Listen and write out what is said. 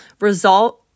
Result